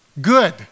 Good